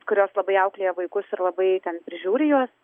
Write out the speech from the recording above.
kurios labai auklėja vaikus ir labai ten prižiūri juos